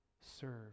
Serve